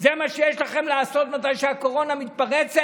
זה מה שיש לכם לעשות כשהקורונה מתפרצת?